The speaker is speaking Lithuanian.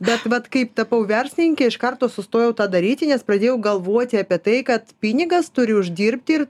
bet vat kaip tapau verslininke iš karto sustojau tą daryti nes pradėjau galvoti apie tai kad pinigas turi uždirbti ir